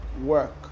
work